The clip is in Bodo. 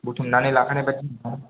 बुथुमनानै लाखानायबादि